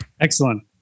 Excellent